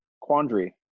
quandary